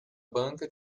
banca